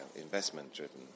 investment-driven